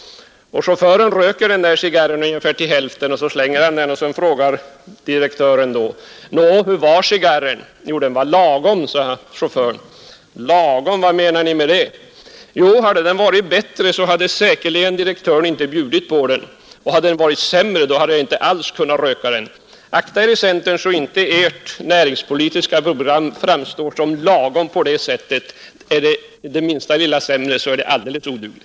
Chauffören röker cigarren ungefär till hälften och så slänger han den. Så frågar direktören: Nå, hur var cigarren? — Jo, den var lagom, svarade chauffören. — Lagom, vad menar ni med det? — Jo, hade den varit bättre så hade direktören säkerligen inte bjudit på den. Och hade den varit sämre, då hade jag inte kunnat röka den alls. Akta er i centern så att inte ert näringspolitiska program framstår som lagom på det sättet. Blir programmet det minsta lilla sämre, blir det alldeles odugligt.